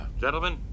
gentlemen